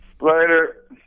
Later